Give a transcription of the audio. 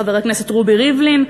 לחבר הכנסת רובי ריבלין,